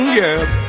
yes